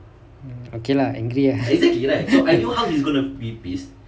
mm okay lah angry lah